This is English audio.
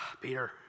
Peter